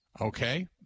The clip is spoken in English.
Okay